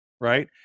right